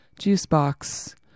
Juicebox